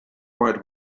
wide